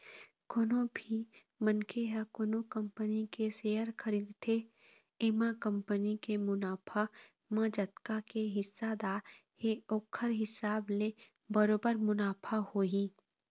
कोनो भी मनखे ह कोनो कंपनी के सेयर खरीदथे एमा कंपनी के मुनाफा म जतका के हिस्सादार हे ओखर हिसाब ले बरोबर मुनाफा होही